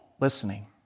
listening